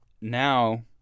now